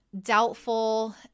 doubtful